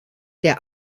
der